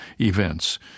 events